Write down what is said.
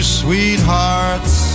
sweethearts